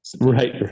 right